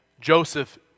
Joseph